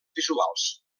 visuals